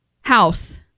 house